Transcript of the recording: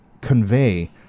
convey